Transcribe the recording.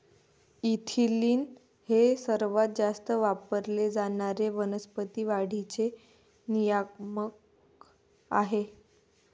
ethylene हे सर्वात जास्त वापरले जाणारे वनस्पती वाढीचे नियामक आहे